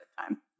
time